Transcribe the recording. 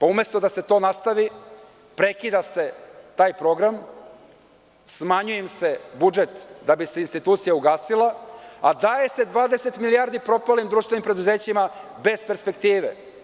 Umesto da se to nastavi, prekida se taj program, smanjuje im se budžet da bi se institucija ugasila, a daje se 20 milijardi propalim društvenim preduzećima bez perspektive.